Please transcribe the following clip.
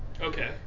Okay